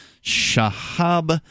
Shahab